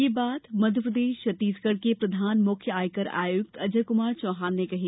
यह बात मध्यप्रदेश छत्तीसगढ़ के प्रधान मुख्य आयकर आयुक्त अजय कुमार चौहान ने कहीं